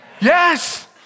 Yes